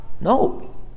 No